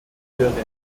kirche